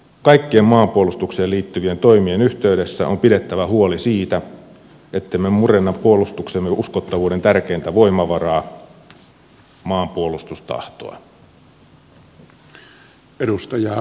kaikkien maanpuolustukseen liittyvien toimien yhteydessä on pidettävä huoli siitä ettemme murenna puolustuksemme uskottavuuden tärkeintä voimavaraa maanpuolustustahtoa